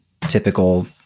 typical